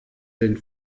den